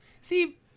See